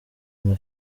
nka